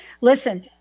Listen